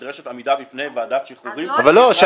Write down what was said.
נדרשת עמידה בפני ועדת שחרורים --- שאלתי